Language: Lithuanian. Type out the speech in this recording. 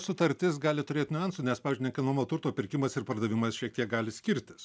sutartis gali turėt niuansų nes pavyzdžiui nekilnojamo turto pirkimas ir pardavimas šiek tiek gali skirtis